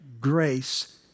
grace